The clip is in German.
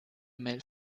mail